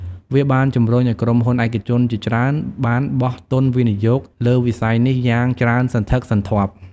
វាបានជំរុញឲ្យក្រុមហ៊ុនឯកជនជាច្រើនបានបោះទុនវិនិយោគលើវិស័យនេះយ៉ាងច្រើនសន្ធឹកសន្ធាប់។